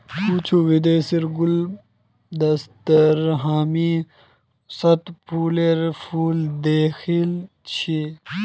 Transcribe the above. कुछू विदेशीर गुलदस्तात हामी शतपुष्पेर फूल दखिल छि